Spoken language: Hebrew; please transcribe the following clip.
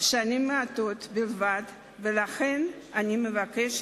שנים מעטות בלבד, ולכן אנו מבקשים